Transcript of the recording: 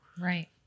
Right